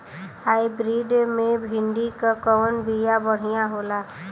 Hybrid मे भिंडी क कवन बिया बढ़ियां होला?